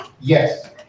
Yes